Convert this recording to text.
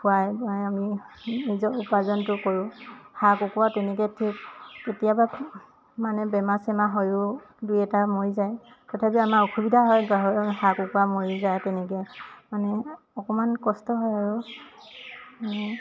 খুৱাই বুৱাই আমি নিজৰ উপাৰ্জনটো কৰোঁ হাঁহ কুকুৰাও তেনেকৈ ঠিক কেতিয়াবা মানে বেমাৰ চেমাৰ হৈয়ো দুই এটা মৰি যায় তথাপিও আমাৰ অসুবিধা হয় গাহৰি হাঁহ কুকুৰা মৰি যায় তেনেকৈ মানে অকণমান কষ্ট হয় আৰু